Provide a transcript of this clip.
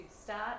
start